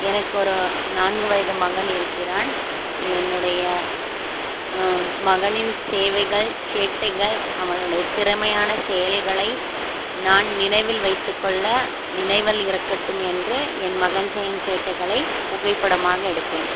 எனக்கு ஒரு நான்கு வயது மகன் இருக்கிறான் என்னுடைய மகனின் சேவைகள் சேட்டைகள் அவனுடைய திறமையான செயல்களை நான் நினைவில் வைத்து கொள்ள நினைவல் இருக்கட்டும் என்று என் மகன் செய்யும் சேட்டைகளை புகை படமாக எடுப்பேன்